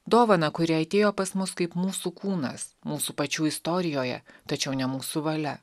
dovaną kuri atėjo pas mus kaip mūsų kūnas mūsų pačių istorijoje tačiau ne mūsų valia